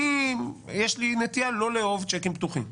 יש לי נטייה לא לאהוב שיקים פתוחים,